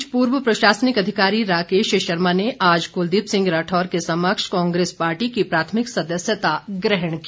इस बीच पूर्व प्रशासनिक अधिकारी राकेश शर्मा ने आज कुलदीप सिंह राठौर के समक्ष कांग्रेस पार्टी की प्राथमिक सदस्यता ग्रहण की